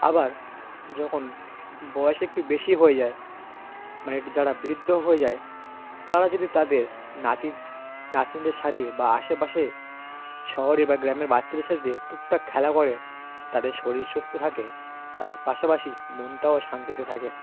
আবার যখন বয়স একটু বেশি হয়ে যায় মানে একটু যারা বৃদ্ধ হয়ে যায় তারা যদি তাদের নাতি নাতনিদের সাথে বা আশেপাশে শহরে বা গ্রামের বাচ্চাদের সাথে টুকটাক খেলা করে তাদের শরীর সুস্থ থাকে তার পাশাপাশি মনটাও শান্তিতে থাকে